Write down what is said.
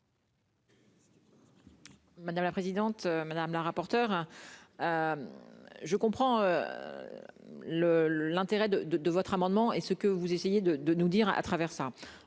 Madame la présidente, madame la rapporteure, je comprends le l'intérêt de, de, de votre amendement est-ce que vous essayez de de nous dire à travers ça,